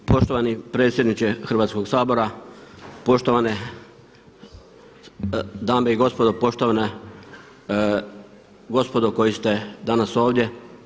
Poštovani predsjedniče Hrvatskog sabora, poštovane dame i gospodo, poštovana gospodo koji ste danas ovdje.